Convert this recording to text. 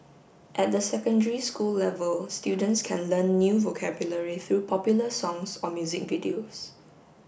at the secondary school level students can learn new vocabulary through popular songs or music videos